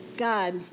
God